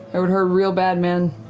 that would hurt real bad, man,